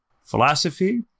philosophy